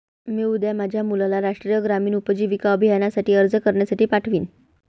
मी उद्या माझ्या मुलाला राष्ट्रीय ग्रामीण उपजीविका अभियानासाठी अर्ज करण्यासाठी पाठवीन